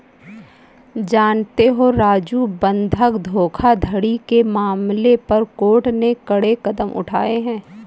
जानते हो राजू बंधक धोखाधड़ी के मसले पर कोर्ट ने कड़े कदम उठाए हैं